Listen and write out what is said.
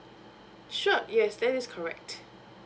sure yes that is correct